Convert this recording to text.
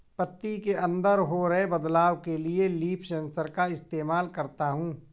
पत्ती के अंदर हो रहे बदलाव के लिए मैं लीफ सेंसर का इस्तेमाल करता हूँ